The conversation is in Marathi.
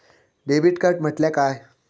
डेबिट कार्ड म्हटल्या काय?